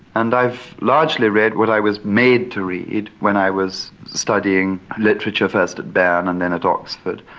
and i've largely read what i was made to read when i was studying literature first at bern and then at oxford,